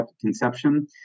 conception